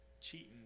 cheating